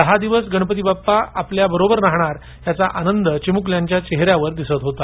दहा दिवस गणपती बाप्पा आपल्या बरोबर राहणार याचा आनंद या चिमुकल्यांच्या चेहऱ्यावर दिसत होता